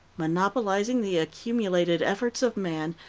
monopolizing the accumulated efforts of man,